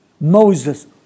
Moses